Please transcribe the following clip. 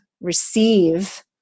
receive